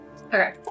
Okay